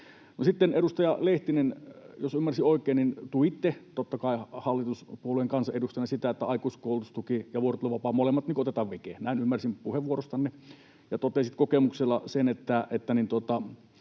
edustaja Lehtinen, jos ymmärsin oikein, tuitte totta kai hallituspuolueen kansanedustajana sitä, että aikuiskoulutustuki ja vuorotteluvapaa, molemmat, otetaan veke — näin ymmärsin puheenvuorostanne. Ja totesit kokemuksella sen, että